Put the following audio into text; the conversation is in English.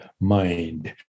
mind